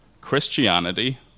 Christianity